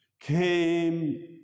came